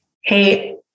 hey